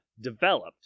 developed